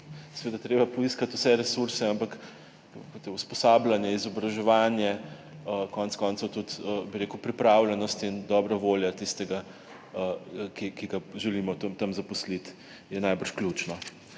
seveda treba poiskati vse resurse, kot je usposabljanje, izobraževanje, konec koncev tudi pripravljenost in dobra volja tistega, ki ga želimo tam zaposliti, sta najbrž ključni.